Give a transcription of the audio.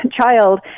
child